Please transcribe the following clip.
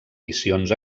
missions